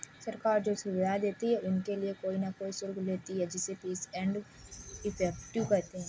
सरकार जो सुविधाएं देती है उनके लिए कोई न कोई शुल्क लेती है जिसे फीस एंड इफेक्टिव कहते हैं